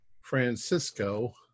Francisco